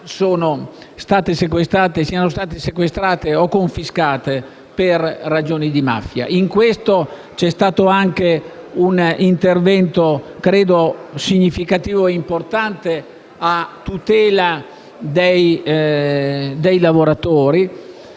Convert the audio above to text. imprese sequestrate o confiscate per ragioni di mafia. In questo ambito c'è stato anche un intervento, che ritengo significativo e importante, a tutela dei lavoratori,